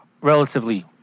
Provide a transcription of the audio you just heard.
relatively